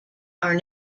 are